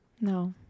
No